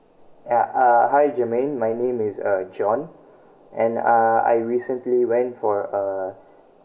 ya uh hi germaine my name is uh john and uh I recently went for a